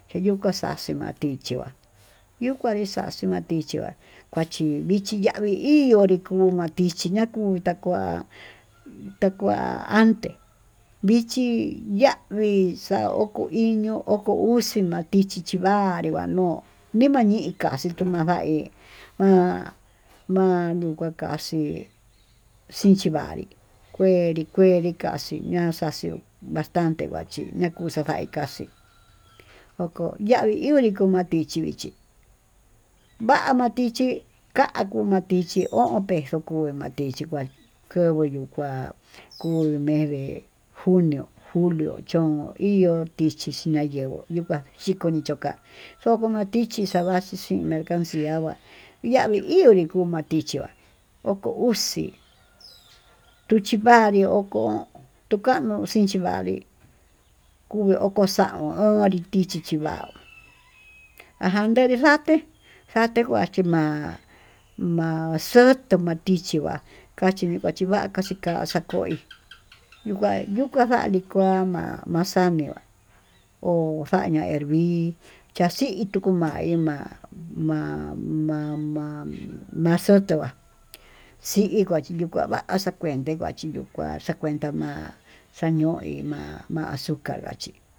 Keyukaxaxe matiché kuá yu'ú kuá nixache matiché kuá, vachpi cichi ya'á vii iyuu nikuu matí vichi nakutá kua ta kuá ante vichí yavii xa'á oko iño'o oko uxii machichi xhiva'a vanrii vanuu nimani kaxii kuu nava'a hí kuá nukekaxhí xhinchi vanrí kueri kueri kaxhí ña'a xaxhí, bastante yachí nakuu xavaí kaxii oko yanri unrí chi matixhi vichí, va'a matichí kakuu matichí chí o'on peso kuu ma'á matichi kuá ko'o yovoyuu kuá kuu me'e vee junió, julio yón ihó tichí xhi nayenguo ihó yo'óka xhiko nixhoká, xhoko matichí xava'a chixhíxi mercancia ngua, yavii iho nrii kuu matichí oko uxi tuchivanrió ko'o tukanuu chinchí vanrí kuu oko xaun ho chichi chivanruu aján neri xa'a te'e njate kuachí ma'á ma'a xoto machiti va'á kachi nikaxhi va'a kaxhika xakoí, yukua yukuaxanrí kuá ho ma'a maxaniuu ma'á xania ervir chaxi tuku mayii ma-ma-ma- mama maxoto'á xhii inka kuxhiva vaxhiá kuente kuaxiyo'o kuá xakuenta ma'á xaño'o he ma'á ma'á azucár chí.